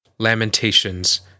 Lamentations